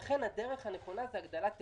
לכן הדרך הנכונה היא הגדלת היצע.